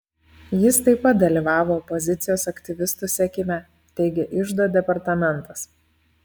jis taip pat dalyvavo opozicijos aktyvistų sekime teigė iždo departamentas